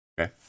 Okay